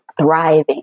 thriving